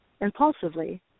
impulsively